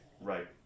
Right